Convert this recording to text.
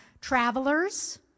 travelers